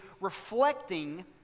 reflecting